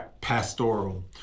pastoral